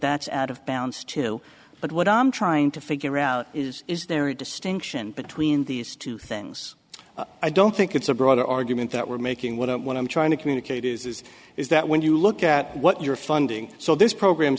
that's out of bounds too but what i'm trying to figure out is is there a distinction between these two things i don't think it's a broader argument that we're making well what i'm trying to communicate is is that when you look at what you're funding so this program